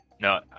No